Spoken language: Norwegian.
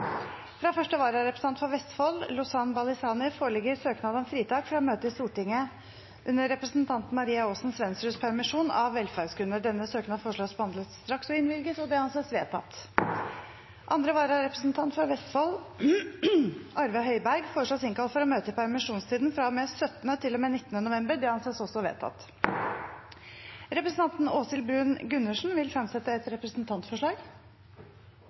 Fra første vararepresentant for Vestfold, Lozan Balisany , foreligger søknad om fritak fra å møte i Stortinget under representanten Maria Aasen-Svensruds permisjon, av velferdsgrunner. Etter forslag fra presidenten ble enstemmig besluttet: Søknaden behandles straks og innvilges. Andre vararepresentant for Vestfold, Arve Høiberg , innkalles for å møte i permisjonstiden fra og med 17. til og med 19. november. Representanten Åshild Bruun-Gundersen vil fremsette et representantforslag.